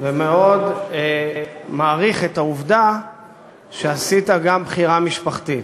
ומאוד מעריך את העובדה שעשית גם בחירה משפחתית.